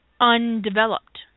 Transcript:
undeveloped